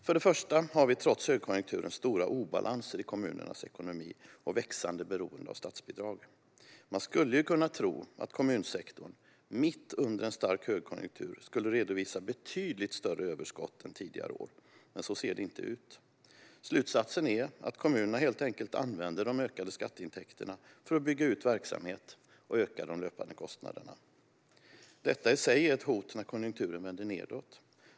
För det första har vi trots högkonjunkturen stora obalanser i kommunernas ekonomi och växande beroende av statsbidrag. Man skulle ju kunna tro att kommunsektorn mitt under en stark högkonjunktur skulle redovisa betydligt större överskott än tidigare år. Men så ser det inte ut. Slutsatsen är att kommunerna helt enkelt använder de ökade skatteintäkterna för att bygga ut verksamhet och öka de löpande kostnaderna. Detta i sig är ett hot när konjunkturen vänder nedåt.